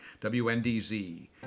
WNDZ